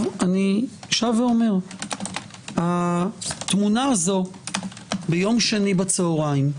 אני שב ואומר - התמונה הזו ביום שני בצהריים,